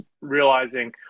realizing